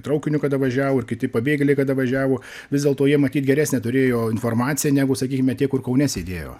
traukiniu kada važiavo ir kiti pabėgėliai kada važiavo vis dėlto jie matyt geresnę turėjo informaciją negu sakykime tie kur kaune sėdėjo